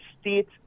state